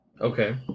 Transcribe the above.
Okay